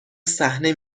صحنه